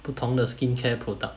不同的 skincare product